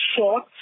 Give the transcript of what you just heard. short